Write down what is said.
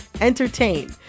entertain